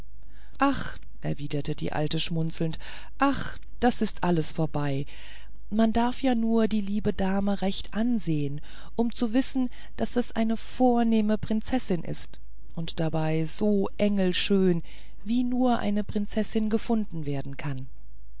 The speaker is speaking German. ach erwiderte die alte schmunzelnd ach das ist alles vorbei man darf ja nur die liebe dame recht ansehen um zu wissen daß es eine vornehme prinzessin ist und dabei so engelsschön wie nur eine prinzessin gefunden werden kann